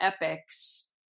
epics